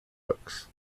hooks